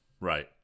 Right